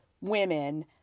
women